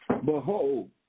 Behold